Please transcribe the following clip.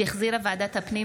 התקבלה.